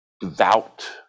devout